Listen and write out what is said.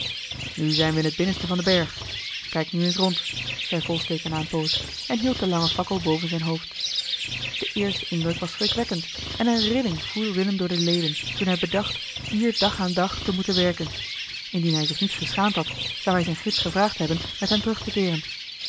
nu zijn we in het binnenste van den berg kijk nu eens rond zei volsteke na eene poos en hield de lange fakkel boven zijn hoofd de eerste indruk was schrikwekkend en eene rilling voer willem door de leden toen hij bedacht hier dag aan dag te moeten werken indien hij zich niet geschaamd had zou hij zijn gids gevraagd hebben met hem terug te keeren